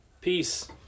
Peace